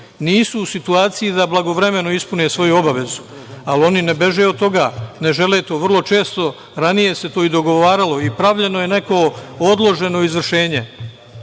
nisu u situaciji da blagovremeno ispune svoju obavezu, ali oni ne beže od toga. Ne žele to. Vrlo često, ranije se to i dogovaralo i pravljeno je neko odloženo izvršenje. Ovde